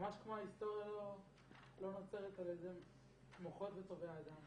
ממש כמו --- נוצרת על ידי מוחות וטובי האדם,